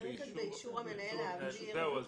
צריך את באישור המנהל להעביר.